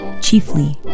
chiefly